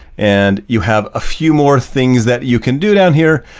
and you have a few more things that you can do down here,